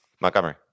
Montgomery